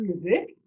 music